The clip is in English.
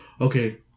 Okay